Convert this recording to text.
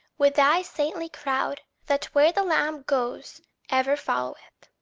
with thy saintly crowd, that where the lamb goes ever followeth.